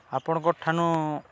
ଆପଣଙ୍କର୍ଠାନୁ